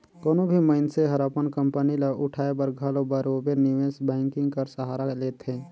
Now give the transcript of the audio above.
कोनो भी मइनसे हर अपन कंपनी ल उठाए बर घलो बरोबेर निवेस बैंकिंग कर सहारा लेथे